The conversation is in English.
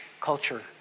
culture